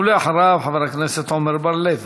ואחריו, חבר הכנסת עמר בר-לב.